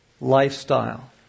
Lifestyle